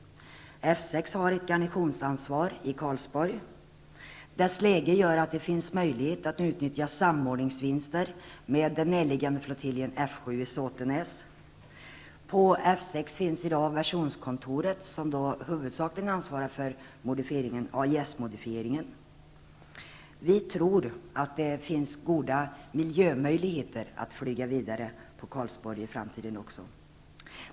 F 6 har ett garnisonsansvar i Karlsborg. Dess läge gör att det finns möjlighet att utnyttja samordningsvinster med den närliggande flottiljen modifieringen. Vi tror att det med hänsyn till miljön finns goda möjligheter att flyga vidare på Karlsborg i framtiden också.